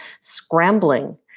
scrambling